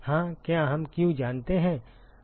हाँ क्या हम q जानते हैं